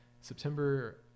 September